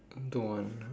don't want